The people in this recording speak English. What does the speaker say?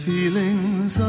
Feelings